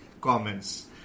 comments